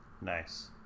nice